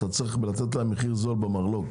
אתה צריך לתת להם מחיר זול במרלו"ג.